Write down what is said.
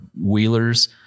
wheelers